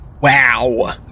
Wow